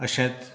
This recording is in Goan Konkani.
अशेंच